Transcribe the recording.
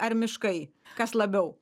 ar miškai kas labiau